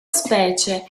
specie